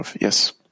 Yes